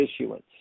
issuance